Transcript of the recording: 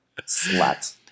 Slut